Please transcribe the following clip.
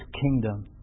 kingdom